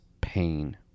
pain